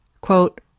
Quote